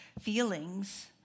feelings